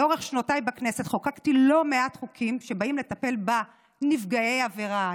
לאורך שנותיי בכנסת חוקקתי לא מעט חוקים שבאים לטפל בנפגעי עבירה,